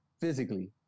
physically